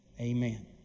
Amen